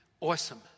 Awesome